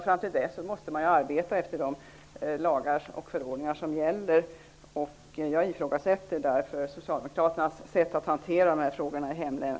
Fram till dess måste man arbeta efter de lagar och förordningar som gäller. Jag ifrågasätter därför socialdemokraternas sätt att hantera detta i hemlänet.